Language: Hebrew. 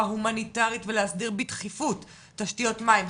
הומניטרית ולהסדיר בדחיפות תשתיות מים,